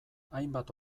hainbat